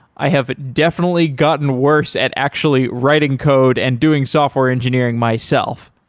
i have definitely gotten worse at actually writing code and doing software engineering myself.